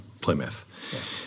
Plymouth